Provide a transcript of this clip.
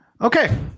Okay